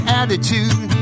attitude